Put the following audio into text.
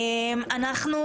אנחנו,